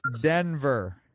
Denver